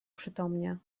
przytomnie